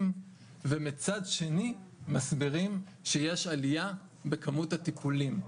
ומצד שני מסבירים שיש עליה בכמות הטיפולים.